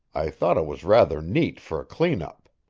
i thought it was rather neat for a clean-up.